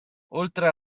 oltre